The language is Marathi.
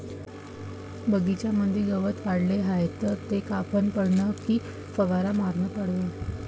बगीच्यामंदी गवत वाढले हाये तर ते कापनं परवडन की फवारा मारनं परवडन?